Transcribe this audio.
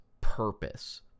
purpose